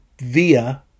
via